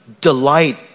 delight